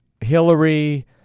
Hillary